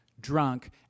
drunk